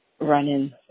running